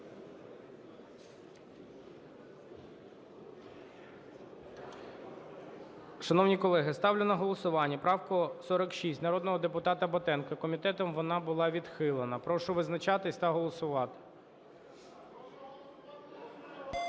Шановні колеги, ставлю на голосування правку 46 народного депутата Батенка. Комітетом вона була відхилена. Прошу визначатись та голосувати.